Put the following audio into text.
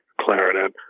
clarinet